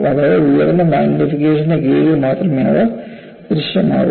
വളരെ ഉയർന്ന മാഗ്നിഫിക്കേഷനു കീഴിൽ മാത്രമേ അവ ദൃശ്യമാകൂ